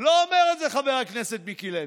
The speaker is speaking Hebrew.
לא אומר את זה חבר הכנסת מיקי לוי,